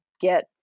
get